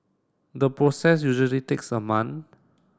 the process usually takes a month